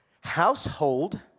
household